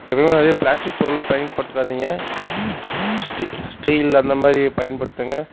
எப்போயுமே நிறைய ப்ளாஸ்டிக் பொருள் பயன்படுத்தாதிங்க ஸ்டீ ஸ்டீல் அந்தமாதிரி பயன்படுத்துங்க